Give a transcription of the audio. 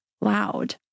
loud